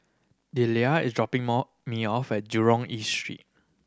Dellia is dropping me off at Jurong East Street